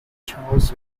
charles